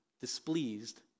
displeased